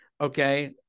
okay